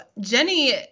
Jenny